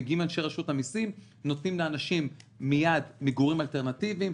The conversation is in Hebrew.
מגיעים אנשי רשות המסים ונותנים לאנשים מיד מגורים אלטרנטיביים,